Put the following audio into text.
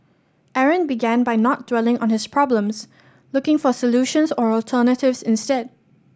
Aaron began by not dwelling on his problems looking for solutions or alternatives instead